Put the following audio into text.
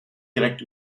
direkt